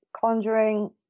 Conjuring